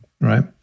right